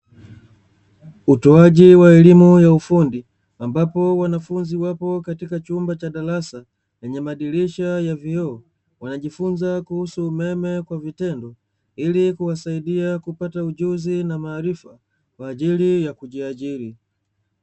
Utoaji wa elimu ya ufundi ambapo, wanafunzi wapo katika chumba cha darasa lenye madirisha ya vioo, wanajifunza kuhusu umeme kwa vitendo ili kuwasaidia kupata ujuzi na maarifa, kwa ajili ya kujiajiri.